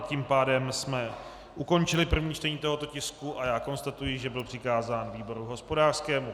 Tím pádem jsme ukončili první čtení tohoto tisku a já konstatuji, že byl přikázán výboru hospodářskému.